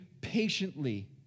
patiently